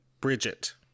Bridget